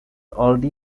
already